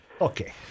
Okay